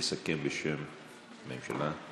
יסכם בשם הממשלה.